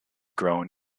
grown